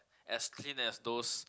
as clean as those